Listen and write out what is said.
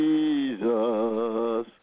Jesus